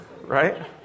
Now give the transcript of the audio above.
right